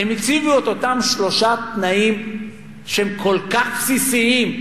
הם הציבו את אותם שלושה תנאים שהם כל כך בסיסיים,